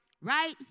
right